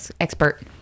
expert